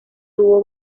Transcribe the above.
dúo